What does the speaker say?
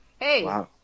Hey